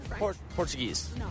Portuguese